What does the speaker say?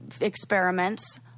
experiments